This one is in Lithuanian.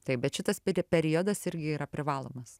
taip bet šitas periodas irgi yra privalomas